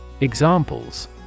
Examples